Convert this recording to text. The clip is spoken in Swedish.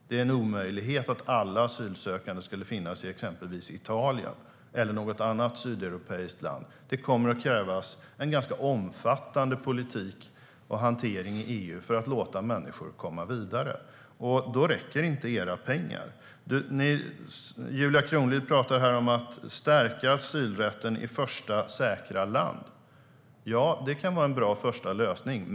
Det är en omöjlighet att alla asylsökande skulle finnas i exempelvis Italien eller något annat sydeuropeiskt land. Det kommer att krävas en ganska omfattande politik och hantering i EU för att låta människor komma vidare. Då räcker inte era pengar. Julia Kronlid talar om att stärka asylrätten i första säkra land. Ja, det kan vara en bra första lösning.